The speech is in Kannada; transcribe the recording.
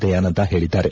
ದಯಾನಂದ ಹೇಳಿದ್ದಾರೆ